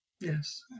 Yes